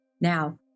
Now